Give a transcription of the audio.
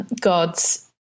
God's